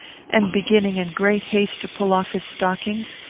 and beginning in great haste to pull off his stockings.